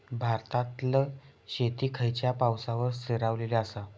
भारतातले शेती खयच्या पावसावर स्थिरावलेली आसा?